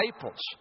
disciples